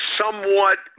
somewhat